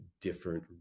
different